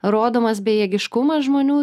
rodomas bejėgiškumas žmonių